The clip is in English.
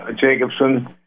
Jacobson